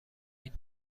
این